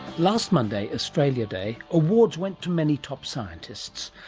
last monday, australia day, awards went to many top scientists.